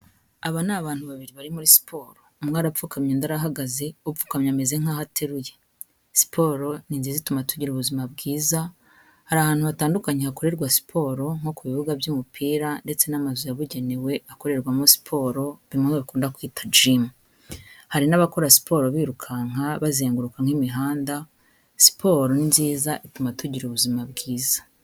Aba ni abantu babiri bari muri siporo umwe arapfukamye undi arahagaze upfukamye ameze nk'aho ateruye, siporo ni nziza ituma tugira ubuzima bwiza, hari ahantu hatandukanye hakorerwa siporo nko ku bibuga by'umupira ndetse n'amazu yabugenewe akorerwamo siporo, bimwe bakunda kwita jimu, hari n'abakora siporo birukanka bazenguruka nk'imihanda, siporo ni nziza ituma tugira ubuzima bwiza.